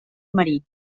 marí